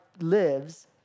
lives